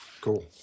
Cool